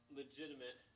legitimate